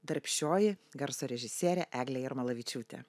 darbščioji garso režisierė eglė jarmalavičiūtė